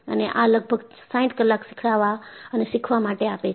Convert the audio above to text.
અને આ લગભગ 60 કલાક શીખડાવા અને શીખવા માટે આપે છે